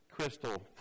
crystal